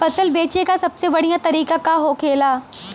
फसल बेचे का सबसे बढ़ियां तरीका का होखेला?